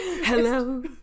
Hello